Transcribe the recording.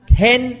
ten